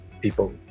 people